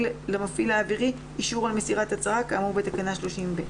למפעיל האווירי אישור על מסירת הצהרה כאמור בתקנה 30(ב).